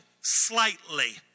slightly